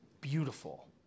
beautiful